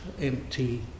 empty